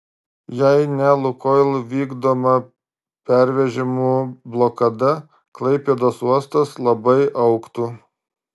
jei ne lukoil vykdoma pervežimų blokada klaipėdos uostas labai augtų